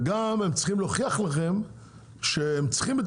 וגם הם צריכים להוכיח לכם שהם צריכים את